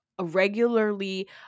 Regularly